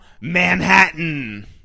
Manhattan